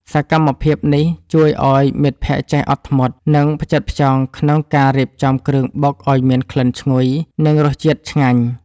សកម្មភាពនេះជួយឱ្យមិត្តភក្តិចេះអត់ធ្មត់ និងផ្ចិតផ្ចង់ក្នុងការរៀបចំគ្រឿងបុកឱ្យមានក្លិនឈ្ងុយ និងរសជាតិឆ្ងាញ់។